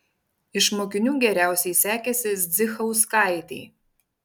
iš mokinių geriausiai sekėsi zdzichauskaitei